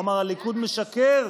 הוא אמר: הליכוד משקר,